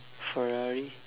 ferrari